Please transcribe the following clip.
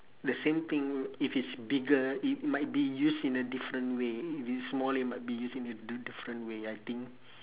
the same thing if it's bigger it might be used in a different way if it's small it might be used in a d~ different way I think